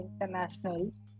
internationals